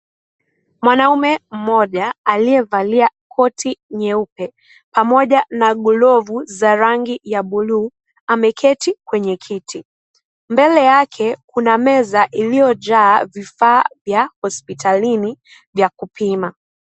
Mwanaume mmoja aliyevalia koti nyeupe pamoja na glovu za rangi ya bluu, ameketi kwenye kiti. Mbele yake kuna meza iliyojaa vifaa vya hospitalini vya kupima.